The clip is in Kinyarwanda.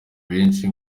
benshi